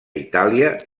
itàlia